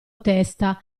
testa